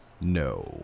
No